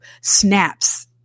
snaps